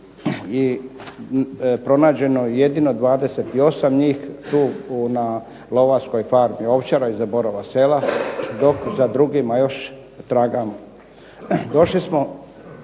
i pronađeno je jedino 28 njih tu na lovačkoj farmi "Ovčara" iza Borova Sela dok za drugima još tragamo.